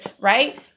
right